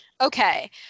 Okay